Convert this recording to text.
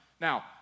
Now